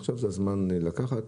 עכשיו זה הזמן לקחת,